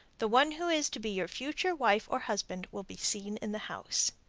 the one who is to be your future wife or husband will be seen in the house.